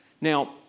Now